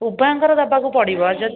ଉଭୟଙ୍କର ଦେବାକୁ ପଡ଼ିବ ଯ